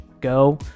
go